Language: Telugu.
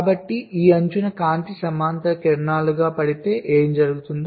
కాబట్టి ఈ అంచున కాంతి సమాంతర కిరణాలుగా పడితే ఏమి జరుగుతుంది